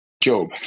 Job